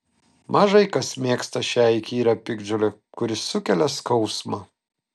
mažai kas mėgsta šią įkyrią piktžolę kuri sukelia skausmą